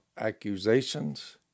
accusations